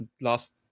last